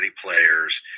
players